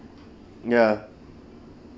ya